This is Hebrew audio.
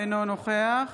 אינו נוכח